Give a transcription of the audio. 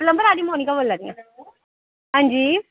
plumber आह्ली मोनिका बोला दिया हां जी